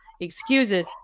excuses